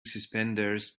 suspenders